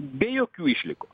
be jokių išlygų